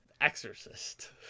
Exorcist